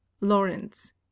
Lawrence